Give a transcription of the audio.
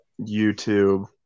YouTube